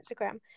instagram